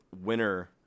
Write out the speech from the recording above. winner